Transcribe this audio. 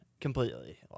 completely